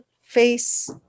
face